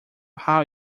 how